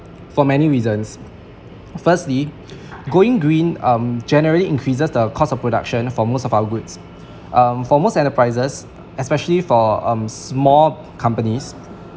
for many reasons firstly going green um generally increases the cost of production for most of our goods um for most enterprises especially for um small companies